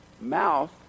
mouth